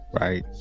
right